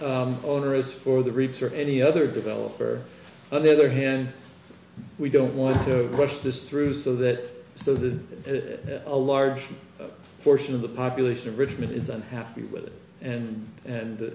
onerous for the reeds or any other developer on the other hand we don't want to push this through so that so the a large portion of the population of richmond is unhappy with it and and